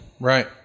Right